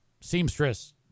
seamstress